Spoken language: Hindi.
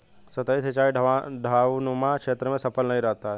सतही सिंचाई ढवाऊनुमा क्षेत्र में सफल नहीं रहता है